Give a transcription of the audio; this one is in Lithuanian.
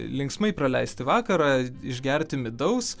linksmai praleisti vakarą išgerti midaus